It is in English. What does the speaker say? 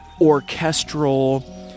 orchestral